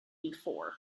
before